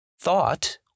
thought